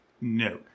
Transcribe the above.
No